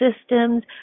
systems